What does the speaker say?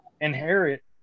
inherit